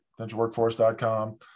potentialworkforce.com